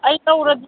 ꯑꯩ ꯂꯩꯔꯗꯤꯅꯦ